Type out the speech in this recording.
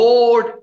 Lord